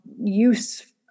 use